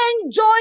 Enjoy